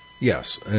Yes